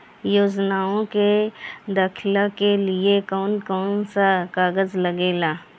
योजनाओ के दाखिले के लिए कौउन कौउन सा कागज लगेला?